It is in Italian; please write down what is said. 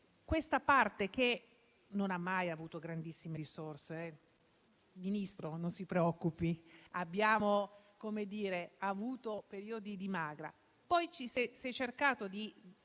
un comparto che non ha mai avuto grandissime risorse. Signor Ministro, non si preoccupi: abbiamo avuto periodi di magra; poi si è cercato di